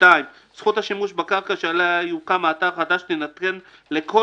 זכות השימוש בקרקע שעליה יוקם האתר החדש תינתן לכל